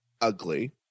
ugly